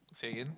say again